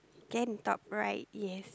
can top right yes